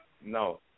no